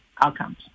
outcomes